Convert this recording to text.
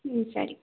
ಹ್ಞೂ ಸರಿ